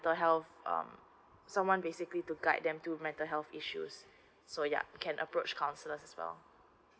health uh someone basically to guide them to mental health issues so yeah can approach counsellors as well